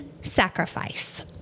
sacrifice